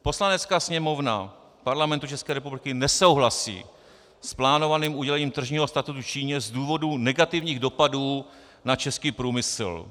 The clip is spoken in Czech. Poslanecká sněmovna Parlamentu České republiky nesouhlasí s plánovaným udělením tržního statutu Číně z důvodu negativních dopadů na český průmysl.